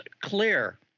clear